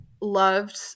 loved